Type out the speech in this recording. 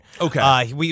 Okay